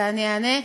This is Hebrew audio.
ואני אענה.